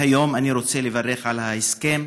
היום אני רוצה לברך על ההסכם